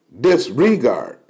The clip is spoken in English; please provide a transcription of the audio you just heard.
disregard